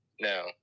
no